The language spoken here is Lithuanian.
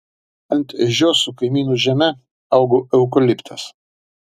ant ežios su kaimynų žeme augo eukaliptas